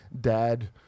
dad